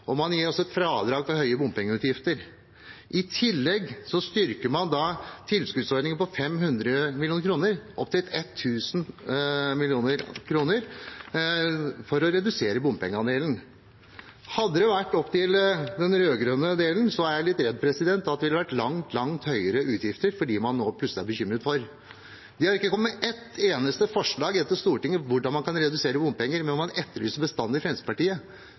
plattformen. Man gir et fradrag for høye bompengeutgifter. I tillegg styrker man tilskuddsordningen på 500 mill. kr opp til 1 000 mill. kr for å redusere bompengeandelen. Hadde det vært opp til de rød-grønne, er jeg redd for at det hadde vært langt høyere utgifter – som man plutselig er bekymret for. De har ikke kommet med ett eneste forslag til Stortinget om hvordan man kan redusere bompenger, men man etterlyser bestandig Fremskrittspartiet.